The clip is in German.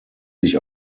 sich